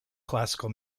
classical